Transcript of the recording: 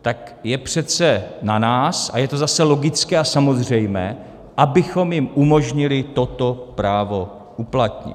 Tak je přece na nás, a je to zase logické a samozřejmé, abychom jim umožnili toto právo uplatnit.